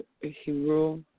hero